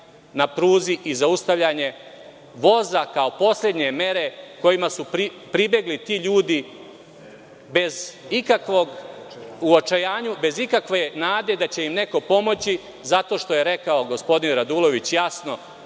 na pruzi, i zaustavljanje voza, kao poslednje mere kojima su pribegli ti ljudi u očajanju bez ikakve nade da će im neko pomoći, zato što je rekao gospodin Radulović jasno